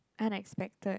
unexpected